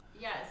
Yes